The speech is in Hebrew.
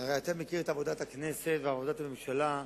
הרי אתה מכיר את עבודת הכנסת ועבודת הממשלה,